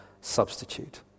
substitute